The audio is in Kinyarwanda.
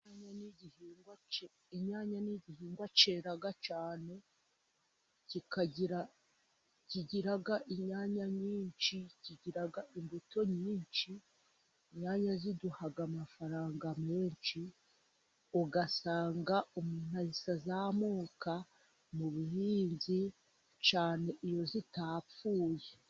Inyanya ni igihingwa cyera cyane kigira inyanya nyinshi, kigira imbuto nyinshi ziduha amafaranga menshi ugasanga umuntu ahise azamuka mu bihinzi cyane iyo zitapfuye.